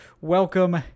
welcome